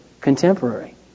contemporary